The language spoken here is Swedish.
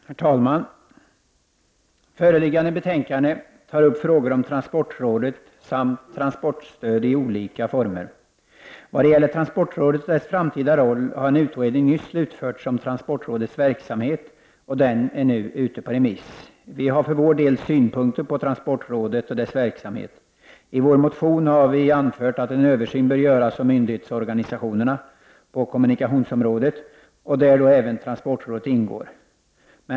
Herr talman! I föreliggande betänkande tas upp frågor om transportrådet samt transportstöd i olika former. I vad gäller transportrådet och dess framtida roll har en utredning nyss slutförts om transportrådets verksamhet, och den är nu ute på remiss. Vi har för vår del synpunkter på transportrådet och dess verksamhet. I vår motion har vi anfört att en översyn bör göras av myndighetsorganisationerna på kommunikationsområdet, där även transportrådet ingår.